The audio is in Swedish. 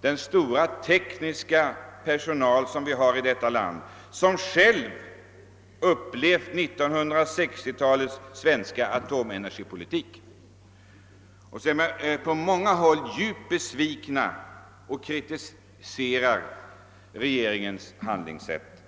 den stora tekniska personal som själv upplevt 1960-talets svenska atomenergipolitik. På många håll är man djupt besviken och kritiserar regeringens handlingssätt.